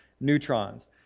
neutrons